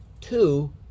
two